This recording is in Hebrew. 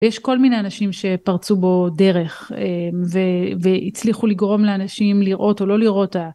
יש כל מיני אנשים שפרצו בו דרך והצליחו לגרום לאנשים לראות או לא לראות את ה